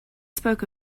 spoke